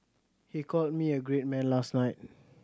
he called me a great man last night